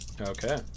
Okay